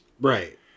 Right